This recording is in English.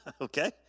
okay